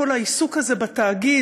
כל העיסוק הזה בתאגיד,